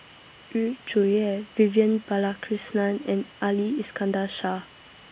Yu Zhuye Vivian Balakrishnan and Ali Iskandar Shah